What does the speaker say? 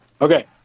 Okay